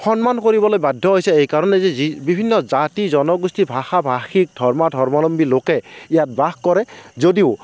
সন্মান কৰিবলৈ বাধ্য হৈছে এইকাৰণেই যে যি বিভিন্ন জাতি জনগোষ্ঠী ভাষা ভাষিক ধৰ্মা ধৰ্মাৱলম্বী লোকে ইয়াত বাস কৰে যদিও